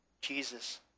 Jesus